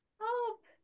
Hope